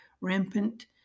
rampant